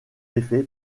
effet